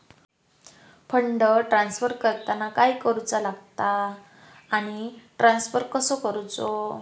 Fund transfer करताना काय करुचा लगता आनी ट्रान्स्फर कसो करूचो?